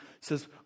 says